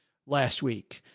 last week,